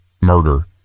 murder